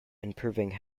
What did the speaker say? improving